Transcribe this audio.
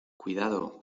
cuidado